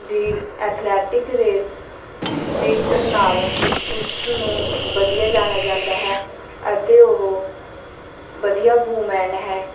ਦੀ athletic race metre ਨਾਲ ਉਸ ਨੂੰ ਵਧੀਆ ਜਾਣਿਆ ਜਾਂਦਾ ਹੈ ਅਤੇ ਉਹ ਵਧੀਆ ਵੂਮੈਨ ਹੈ